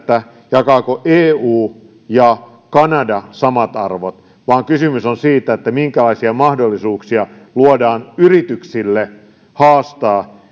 jakavatko eu ja kanada samat arvot vaan kysymys on siitä minkälaisia mahdollisuuksia luodaan yrityksille haastaa